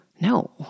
no